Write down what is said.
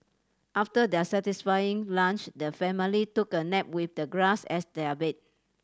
after their satisfying lunch the family took a nap with the grass as their bed